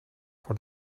for